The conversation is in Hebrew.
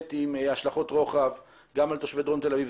באמת סוגיה עם השלכות רוחב גם על תושבי דרום תל אביב,